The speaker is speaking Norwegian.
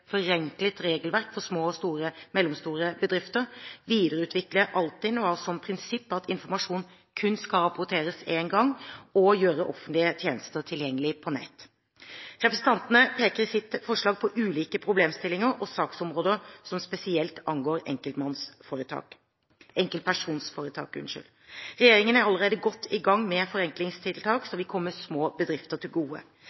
forenklet regelverk for små og mellomstore bedrifter, videreutvikle Altinn og ha som prinsipp at informasjon kun skal rapporteres én gang, og gjøre flere offentlige tjenester tilgengelige på nettet. Representantene peker i sitt forslag på ulike problemstillinger og saksområder som spesielt angår enkeltpersonforetak. Regjeringen er allerede godt i gang med forenklingstiltak